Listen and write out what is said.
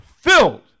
filled